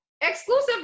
exclusive